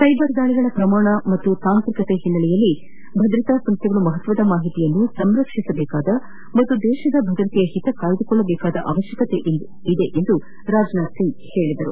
cyber ದಾಳಿಗಳ ಪ್ರಮಾಣ ಮತ್ತು ತಾಂತ್ರಿಕತೆ ಹಿನ್ನೆಲೆಯಲ್ಲಿ ಭದ್ರತಾ ಸಂಸ್ಥೆಗಳು ಮಹತ್ಸದ ಮಾಹಿತಿಯನ್ನು ಸಂರಕ್ಷಿಸಬೇಕಾದ ಹಾಗೂ ದೇಶದ ಭದ್ರತೆಯ ಹಿತ ಕಾಯ್ದುಕೊಳ್ಳಬೇಕಾದ ಅವಶ್ಯಕತೆ ಇದೆ ಎಂದು ರಾಜನಾಥ್ ಸಿಂಗ್ ತಿಳಿಸಿದರು